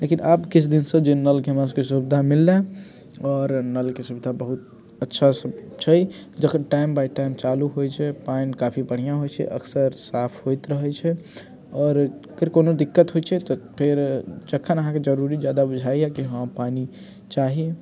लेकिन आब किछु दिनसँ जे नलके हमरा सबके सुविधा मिललै आओर नलके सुविधा बहुत अच्छासँ छै जखन टाइम बाइ टाइम चालू होइ छै पानि काफी बढ़िआँ होइ छै अक्सर साफ होइत रहै छै आओर फेर कोनो दिक्कत होइ छै तऽ फेर जखन अहाँके जरुरी जादा बुझाइ यऽ कि हँ पानि चाही